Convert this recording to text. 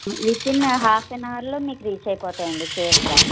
within half an అవర్లో మీకు reach అయిపోతాయి అండి సేఫ్గా